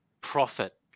profit